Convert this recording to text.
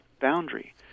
boundary